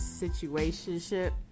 situationship